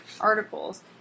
articles